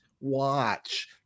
watch